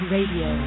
Radio